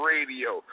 Radio